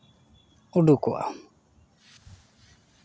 ᱩᱰᱩᱠᱚᱜᱼᱟ